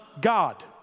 God